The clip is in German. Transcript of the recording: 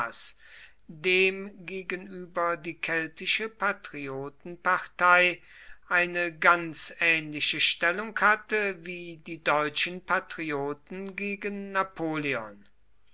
dem gegenüber die keltische patriotenpartei eine ganz ähnliche stellung hatte wie die deutschen patrioten gegen napoleon